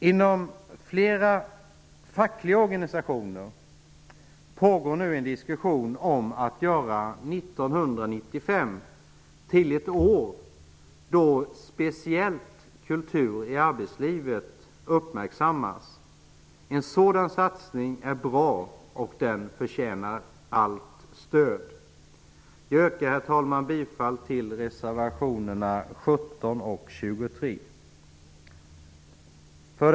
Inom flera fackliga organisationer pågår nu en diskussion om att göra 1995 till ett år då speciellt kultur i arbetslivet uppmärksammas. En sådan satsning är bra, och den förtjänar allt stöd. Jag yrkar bifall till reservation 23. 5.